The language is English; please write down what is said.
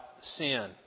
sin